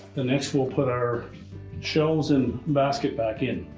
next we'll put our shelves and baskets back in.